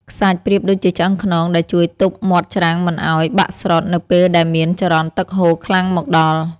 ខ្សាច់ប្រៀបដូចជាឆ្អឹងខ្នងដែលជួយទប់មាត់ច្រាំងមិនឱ្យ បាក់ស្រុតនៅពេលដែលមានចរន្តទឹកហូរខ្លាំងមកដល់។